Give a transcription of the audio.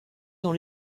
dans